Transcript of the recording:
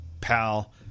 pal